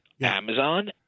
Amazon